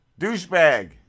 Douchebag